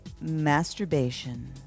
masturbation